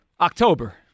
October